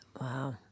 Wow